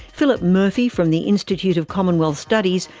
philip murphy from the institute of commonwealth studies,